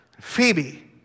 Phoebe